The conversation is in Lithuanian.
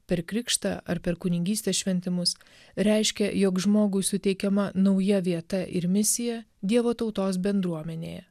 per krikštą ar per kunigystės šventimus reiškia jog žmogui suteikiama nauja vieta ir misija dievo tautos bendruomenėje